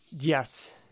Yes